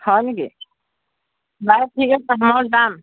হয় নেকি বাৰু ঠিক আছে মই যাম